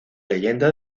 leyenda